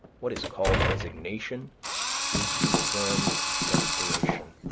what is called resignation is confirmed desperation.